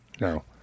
No